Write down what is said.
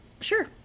sure